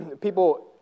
people